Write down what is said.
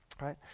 Right